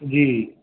जी